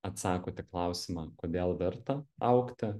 atsakot į klausimą kodėl verta augti